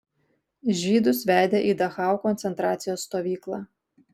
žydus vedė į dachau koncentracijos stovyklą